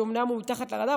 שאומנם הוא תחת ועדה,